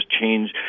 change